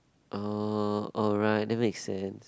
orh oh right that makes sense